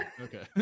Okay